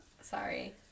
Sorry